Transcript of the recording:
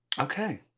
Okay